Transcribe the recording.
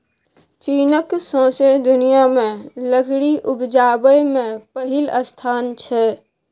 चीनक सौंसे दुनियाँ मे लकड़ी उपजाबै मे पहिल स्थान छै